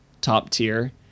top-tier